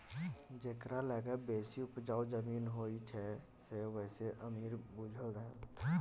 जकरा लग बेसी उपजाउ जमीन होइ छै से बेसी अमीर बुझा रहल